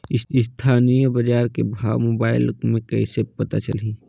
स्थानीय बजार के भाव मोबाइल मे कइसे पता चलही?